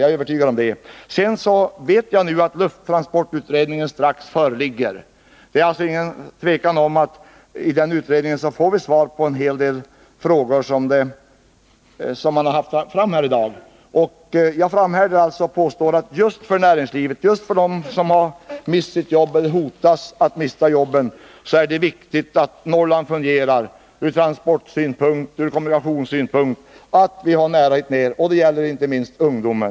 Nu vet jag att resultatet av lufttransportutredningen strax föreligger, och det är ingen tvekan om att den utredningen ger svar på en hel del av de frågor som kommit upp här i dag. Jag framhärdar alltså i påståendet att just för näringslivet, just för dem som har mist sitt jobb eller hotas att mista jobbet är det viktigt att kommunikationerna till Norrland fungerar, att vi har nära hit ner. Det gäller inte minst ungdomen.